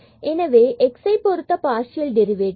எனவே நம்மிடம் எக்ஸ்ஐப் பொருத்த பார்சியல் டெரிவேட்டிவ்